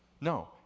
No